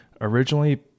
Originally